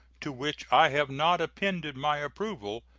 to which i have not appended my approval,